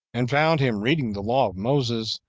and found him reading the law of moses,